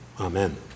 Amen